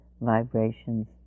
vibrations